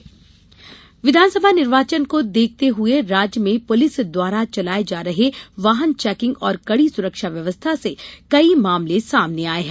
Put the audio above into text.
चुनाव कार्यवाही विधानसभा चुनाव को देखते हुए राज्य में पुलिस द्वारा चलाए जा रहे वाहन चेकिंग और कड़ी सुरक्षा व्यवस्था से कई मामले सामने आए हैं